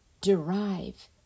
derive